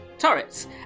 turrets